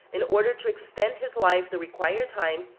in order to extend his life the required time,